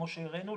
כמו שהראינו,